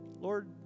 Lord